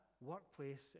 workplace